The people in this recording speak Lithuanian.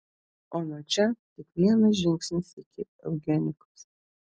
o nuo čia tik vienas žingsnis iki eugenikos